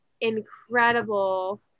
incredible